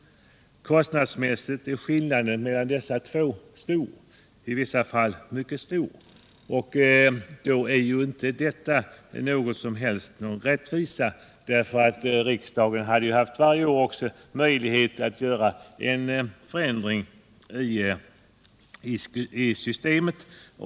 Kostnadsmässigt är skillnaden mellan dessa två system stor, i vissa fall mycket stor. Men detta är inte någon rättvis bedömning, eftersom riksdagen varje år hade haft möjlighet att göra en förändring i systemet.